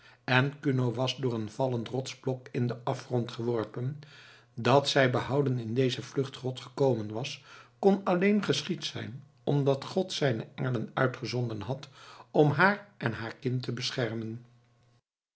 en kuno was door een vallend rotsblok in den afgrond geworpen dat zij behouden in deze vluchtgrot gekomen was kon alleen geschied zijn omdat god zijne engelen uitgezonden had om haar en haar kind te beschermen